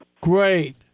Great